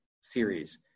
series